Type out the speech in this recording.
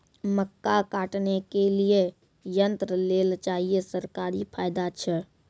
मक्का काटने के लिए यंत्र लेल चाहिए सरकारी फायदा छ?